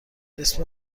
اسم